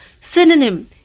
synonym